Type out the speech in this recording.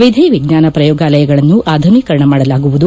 ವಿಧಿ ವಿಜ್ವಾನ ಪ್ರಯೋಗಾಲಯಗಳನ್ನು ಆಧುನೀಕರಣ ಮಾಡಲಾಗುವುದು